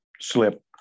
slip